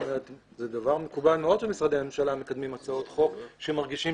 זה דבר מקובל מאוד שמשרדי הממשלה מקדמים הצעות חוק כשמרגישים